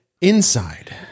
inside